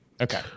Okay